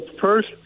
first